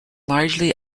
largely